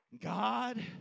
God